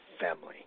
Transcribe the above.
family